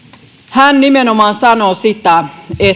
hän nimenomaan sanoo sitä